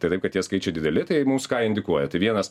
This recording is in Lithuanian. tai taip kad tie skaičiai dideli tai mums ką indikuoja tai vienas